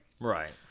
Right